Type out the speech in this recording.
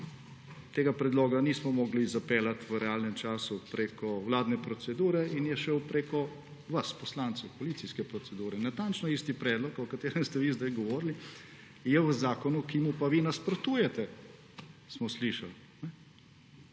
tega predloga nismo mogli zapeljati v realnem času preko vladne procedure in je šel preko vas poslancev, koalicijske procedure. Natančno isti predlog, o katerem ste vi zdaj govorili, je v zakonu, ki mu pa vi nasprotujete, smo slišali.